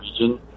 region